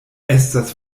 estas